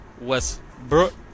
Westbrook